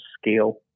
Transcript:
scale